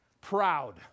Proud